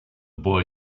boy